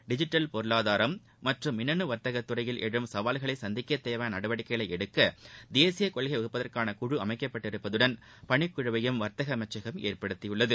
digital பொருளாதாரம் மற்றும் மின்னு வர்த்தகத்துறையில் எழும் சவால்களை சந்திக்க தேவையாள நடவடிக்கைகள் எடுக்க தேசிய கொள்கை வகுப்பதற்கான குழு அமைக்கப்பட்டிருப்பதுடன் பணிக்குழுவையும் வர்த்தக அமைச்சகம் ஏற்படுத்தியுள்ளது